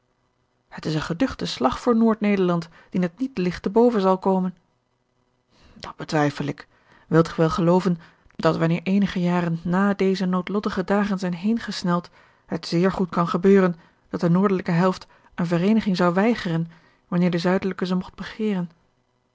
het is een geduchte slag voor noord-nederland dien het niet ligt te boven zal komen dat betwijfel ik wilt ge wel gelooven dat wanneer eenige jaren na deze noodlottige dagen zijn heengesneld het zeer goed kan gebeuren dat de noordelijke helft eene vereeniging zou weigeren wanneer de zuidelijke ze mogt